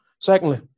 Secondly